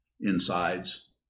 insides